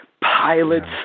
pilots